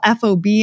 FOB